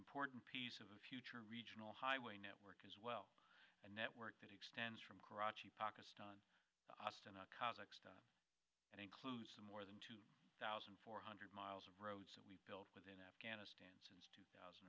important piece of the future regional highway network as well a network that extends from karate pakistan ostinato kazakhstan and includes the more than two thousand four hundred miles of roads that we've built within afghanistan since two thousand